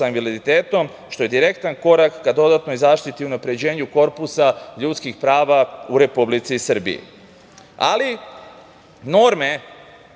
što je direktan korak ka dodatnoj zaštiti i unapređenju korpusa ljudskih prava u Republici Srbiji. Ali norme